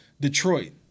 Detroit